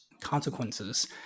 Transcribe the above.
consequences